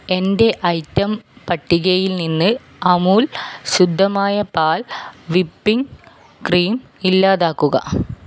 എന്റെ ഐറ്റം പട്ടികയിൽ നിന്ന് അമൂൽ ശുദ്ധമായ പാൽ വിപ്പിംഗ് ക്രീം ഇല്ലാതാക്കുക